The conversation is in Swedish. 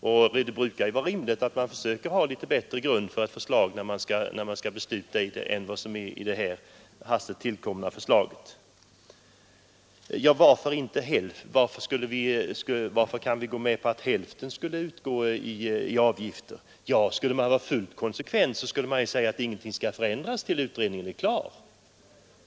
Det är rimligt att man har litet bättre grund när man skall besluta än det här hastigt tillkomna förslaget. Varför kan vi gå med på att hälften skulle utgå i avgifter? Ja, skulle man vara fullt konsekvent skulle man säga att ingenting skall förändras tills utredningen är klar.